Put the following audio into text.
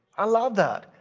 i love that.